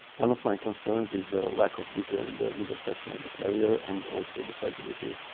one of my concerns is the lack of detail in the middle section of the carrier and also the fragility,